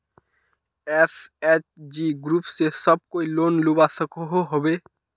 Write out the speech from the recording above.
SHG group से सब कोई लोन लुबा सकोहो होबे?